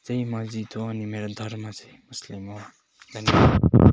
चैँ मस्जिद हो अनि मेरो धर्म चैँ मुस्लिम हो धन्यवाद